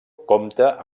compta